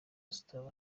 zitazi